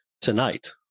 tonight